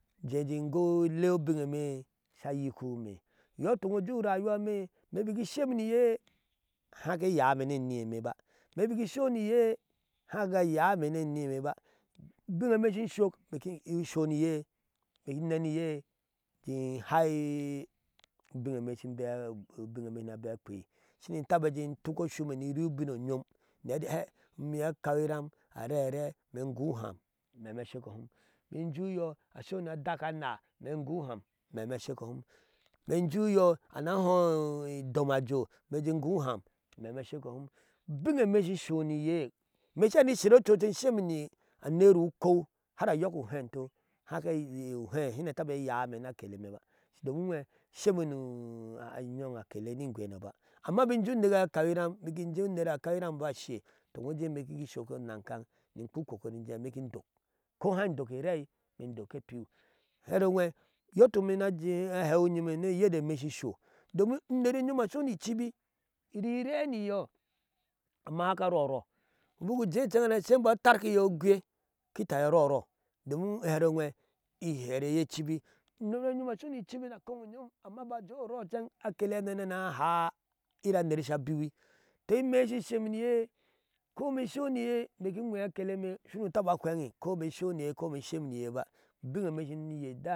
Injee ji lee ubinneye sa yikihi imee iyotuk ujeureyuwa ime biki sheme niye hake yaama ne eneeme ba ime biki shoniye haka yaamene aniimeba usinneme inshiniye ime shi, neniye in hai ubinne ne shinbere keye shini ta kuko shume ni ii ubino yom ni hee eti umi a kauiram arere imee gu a meme asheko hum, ni jeh uyo asho na dak anah imɛɛ guham ameme a sheko hum imee jeh uyo ana hɔ duma ajoo ime guham ameme asheko hun ubinneme shoniye imeeshi sher ochu socek shemena naira ukou har a yok u hento hake taba eyame na kelemeba domin uwee sheme na yogya kele ni gweno ba, amma biki jeh uneke sa kau iram inje ashe ime imbiki shok a nankam kwi kokeri ni imeekiu dok kobai dok arai in dok ke piw hero weh, iyotuk ime na hewiyim nu yeremeh shinso uneryer asho nn sai chibi rire riyo, amma haka rorou buku jeh inchen sai bo tarkiye ogei kita iye a roro, domin hero whe here e chibi uneryon asho ni cibi na kowayom amma bika jeh orooh akeleye nene haa oyera aner sha biwi, to iineh shi sheme niya ko me ishoniye ki wehe akeleme sunu taba phegyi mɛɛ soniye ko ime insheme niye ba